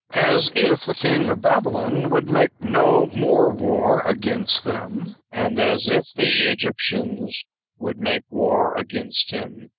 as if the king of babylon would make no more war against them, and as if the egyptians would make war against him,